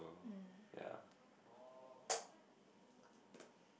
ya